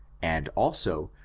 and, also,